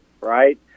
Right